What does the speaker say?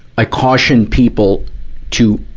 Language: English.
i caution people to,